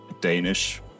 Danish